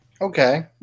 Okay